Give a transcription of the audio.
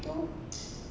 tu